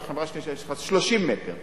החברה השנייה צריכה 30 מטר.